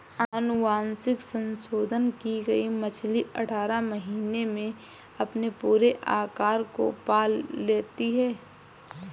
अनुवांशिक संशोधन की गई मछली अठारह महीने में अपने पूरे आकार को पा लेती है